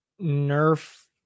nerf